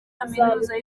kaminuza